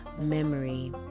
memory